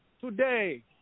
today